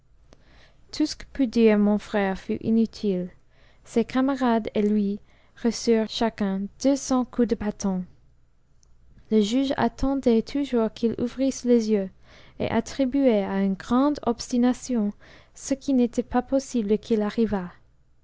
tout ce que put dire mon frère fut inutile ses camarades et lui reçurent chacun deux cents coups de bâton le juge attendait toujours qu'ils ouvrissent les yeux et attribuait à une grande obstination ce qui n'était pas possible qu'il arrivât